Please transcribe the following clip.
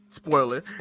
Spoiler